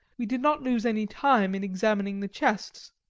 we did not lose any time in examining the chests.